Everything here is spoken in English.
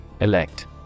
Elect